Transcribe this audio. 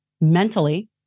mentally